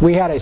we had a